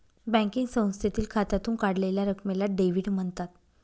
banking संस्थेतील खात्यातून काढलेल्या रकमेला डेव्हिड म्हणतात